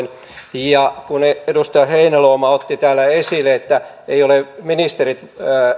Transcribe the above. sen säilyttämisen kannalla jo silloin kun edustaja heinäluoma otti täällä esille että eivät ole ministerit